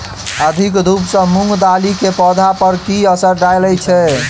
अधिक धूप सँ मूंग दालि केँ पौधा पर की असर डालय छै?